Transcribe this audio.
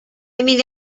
meet